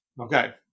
Okay